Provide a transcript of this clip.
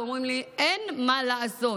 ואומרים לי: אין מה לעשות,